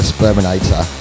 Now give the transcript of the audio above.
Sperminator